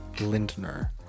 Lindner